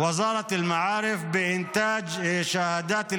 הגשתי הצעת חוק כדי לקבוע מועד שיאלץ את